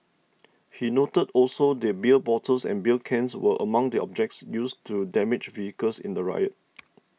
he noted also that beer bottles and beer cans were among the objects used to damage vehicles in the riot